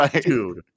dude